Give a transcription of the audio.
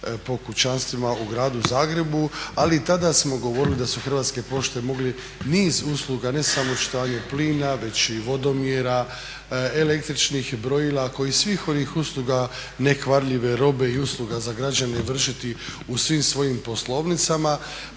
po kućanstvima u Gradu Zagrebu, ali i tada smo govorili da su Hrvatske pošte mogle niz usluga, ne samo očitovanje plina već i vodomjera, električnih brojila, kao i svih onih usluga nekvarljive robe i usluga za građane vršiti u svim svojim poslovnicama.